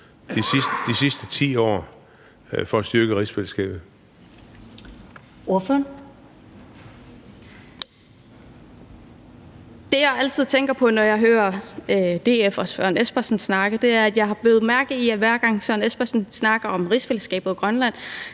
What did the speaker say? Kl. 15:43 Aki-Matilda Høegh-Dam (SIU): Det, jeg altid tænker på, når jeg hører DF og Søren Espersen snakke, er, at jeg har bidt mærke i, at hver gang Søren Espersen snakker om rigsfællesskabet og Grønland,